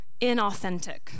inauthentic